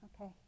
Okay